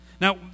Now